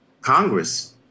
Congress